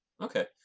Okay